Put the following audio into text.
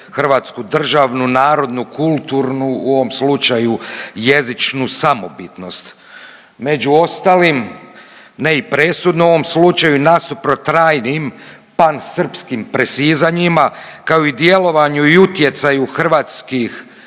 hrvatsku državnu, narodnu, kulturnu u ovom slučaju jezičnu samobitnost. Među ostalim ne i presudno u ovom slučaju nasuprotnim trajnim pansrpskim presizanjima, kao i djelovanju i utjecaju hrvatskih